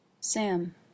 Sam